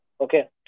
Okay